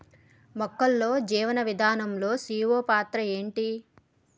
మొక్కల్లో జీవనం విధానం లో సీ.ఓ రెండు పాత్ర ఏంటి?